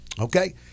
okay